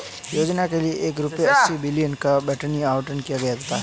योजना के लिए रूपए अस्सी बिलियन का बजटीय आवंटन किया गया था